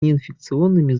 неинфекционными